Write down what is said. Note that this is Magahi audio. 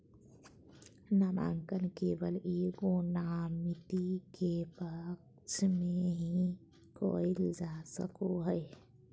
नामांकन केवल एगो नामिती के पक्ष में ही कइल जा सको हइ